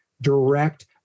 direct